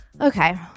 Okay